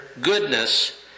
goodness